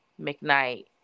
McKnight